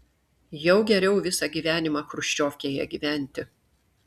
jau geriau visą gyvenimą chruščiovkėje gyventi